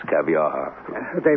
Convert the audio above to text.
caviar